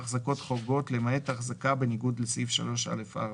"החזקות חורגות" למעט החזקה בניגוד לסעיף 3(א)(4)."